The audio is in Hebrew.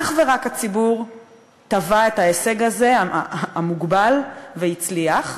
אך ורק הציבור תבע את ההישג הזה, המוגבל, והצליח.